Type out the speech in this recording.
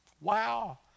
Wow